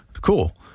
cool